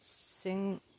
sing